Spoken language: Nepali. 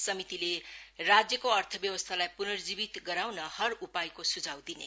समितिले राज्यका अर्थव्यवस्थालाई पुर्नजीवित गराउन हर उपायको सुझाव दिने